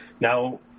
now